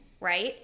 right